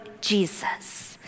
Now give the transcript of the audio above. Jesus